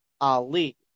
Ali